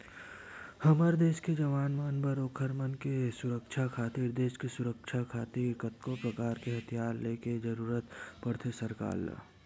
हमर देस के जवान मन बर ओखर मन के सुरक्छा खातिर देस के सुरक्छा खातिर कतको परकार के हथियार ले के जरुरत पड़थे सरकार ल